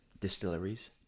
distilleries